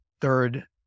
third